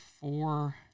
four